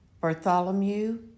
Bartholomew